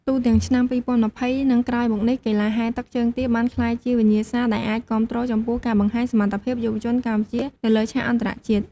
ទូទាំងឆ្នាំ ២០២០ និងក្រោយមកនេះ កីឡាហែលទឹកជើងទាបានក្លាយជា វិញ្ញាសាដែលអាចគាំទ្រចំពោះការបង្ហាញសមត្ថភាពយុវជនកម្ពុជានៅលើឆាកអន្តរជាតិ។